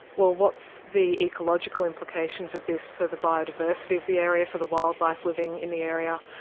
well, what's the ecological implications of this for the biodiversity of the area, for the wildlife living in the area?